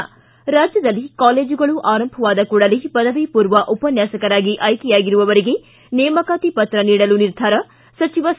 ಿ ರಾಜ್ಯದಲ್ಲಿ ಕಾಲೇಜುಗಳು ಆರಂಭವಾದ ಕೂಡಲೇ ಪದವಿಮೂರ್ವ ಉಪನ್ಯಾಸಕರಾಗಿ ಆಯ್ಕೆಯಾಗಿರುವವರಿಗೆ ನೇಮಕಾತಿ ಪತ್ರ ನೀಡಲು ನಿರ್ಧಾರ ಸಚಿವ ಸಿ